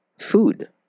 food